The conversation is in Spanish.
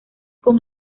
con